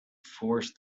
force